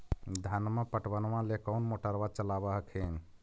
धनमा पटबनमा ले कौन मोटरबा चलाबा हखिन?